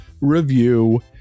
review